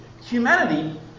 humanity